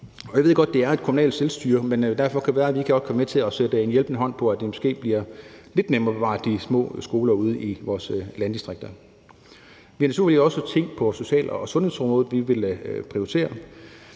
Jeg ved godt, at der er kommunalt selvstyre, men derfor kan vi godt være med til at give en hjælpende hånd til måske at gøre det lidt nemmere at bevare de små skoler ude i vores landdistrikter. Vi har naturligvis også ting på social- og sundhedsområdet, vi vil prioritere.